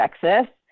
Texas